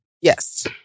Yes